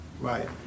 Right